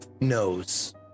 knows